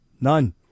None